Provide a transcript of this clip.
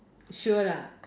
sure ah